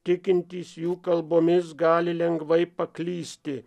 tikintys jų kalbomis gali lengvai paklysti